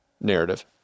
narrative